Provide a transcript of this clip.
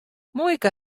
muoike